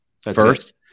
First